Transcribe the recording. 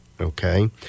Okay